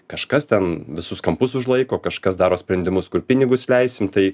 kažkas ten visus kampus užlaiko kažkas daro sprendimus kur pinigus leisim tai